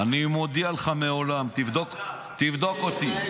מעולם, אני מודיע לך, מעולם, תבדוק, תבדוק אותי,